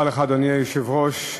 אדוני היושב-ראש,